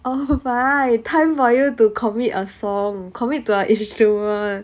oh fine time for you to commit a song commit to a instrument